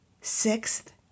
Sixth